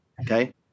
okay